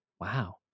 wow